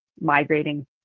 migrating